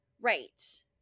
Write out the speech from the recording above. right